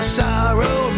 sorrow